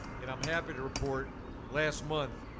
and i'm happy to report last month,